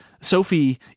Sophie